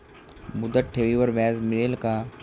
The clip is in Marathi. मुदत ठेवीवर व्याज मिळेल का?